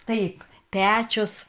taip pečius